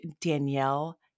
Danielle